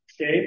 Okay